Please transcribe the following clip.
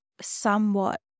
somewhat